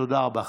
תודה רבה.